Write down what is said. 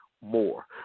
more